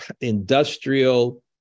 industrial